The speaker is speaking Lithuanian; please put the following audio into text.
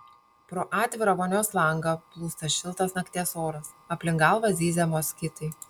pro atvirą vonios langą plūsta šiltas nakties oras aplink galvą zyzia moskitai